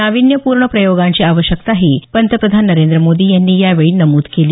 नावीन्यपूर्ण प्रयोगांची आवश्यकताही पंतप्रधान नरेंद्र मोदी यांनी यावेळी नमुद केली